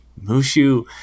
Mushu